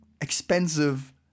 expensive